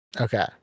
Okay